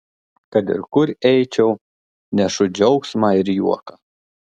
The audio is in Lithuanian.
kad ir kur eičiau nešu džiaugsmą ir juoką